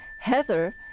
Heather